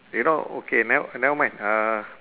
you know okay never never mind uh